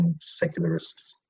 Secularists